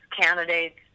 candidates